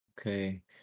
okay